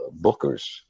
bookers